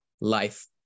life